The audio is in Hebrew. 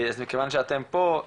אז מכיוון שאתם פה,